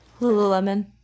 Lululemon